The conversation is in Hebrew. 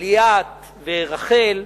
ליאת ורחל,